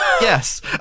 Yes